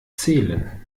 zählen